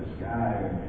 sky